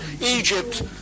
Egypt